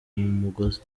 mugozi